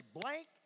blank